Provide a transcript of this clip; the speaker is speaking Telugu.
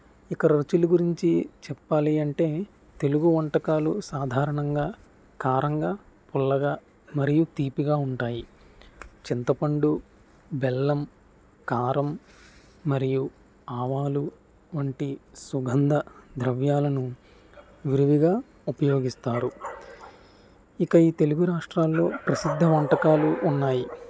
ఇకరుచుల గురించి చెప్పాలి అంటే తెలుగు వంటకాలు సాధారణంగా కారంగా పుల్లగా మరియు తీపిగా ఉంటాయి చింతపండు బెల్లం కారం మరియు ఆవాలు వంటి సుగంధ ద్రవ్యాలను విరివిగా ఉపయోగిస్తారు ఇక ఈ తెలుగు రాష్ట్రాల్లో ప్రసిద్ధ వంటకాలు ఉన్నాయి